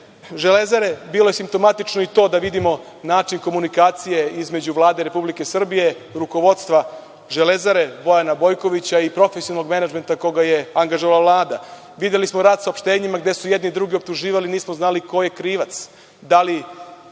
„Železare“ bilo je simptomatično i to da vidim način komunikacije između Vlade RS, rukovodstva „Železare“ Bojana Bojkovića i profesionalnog menadžmenta koga je angažovala Vlada. Videli smo rat saopštenjima gde su jedni druge optuživali, nismo znali ko je krivac, da li